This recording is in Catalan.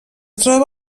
troba